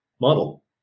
model